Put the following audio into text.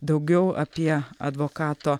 daugiau apie advokato